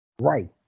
Right